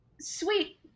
Sweet